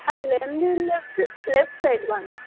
அதுலேருந்து left left side வாங்க